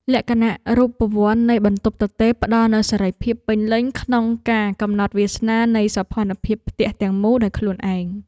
លក្ខណៈរូបវន្តនៃបន្ទប់ទទេរផ្ដល់នូវសេរីភាពពេញលេញក្នុងការកំណត់វាសនានៃសោភ័ណភាពផ្ទះទាំងមូលដោយខ្លួនឯង។